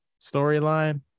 storyline